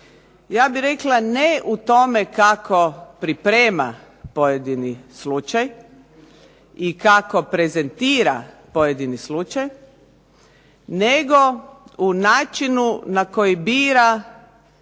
Ja bih rekla ne u tome kako priprema pojedini slučaj i kako prezentira pojedini slučaj, nego u načinu na koji bira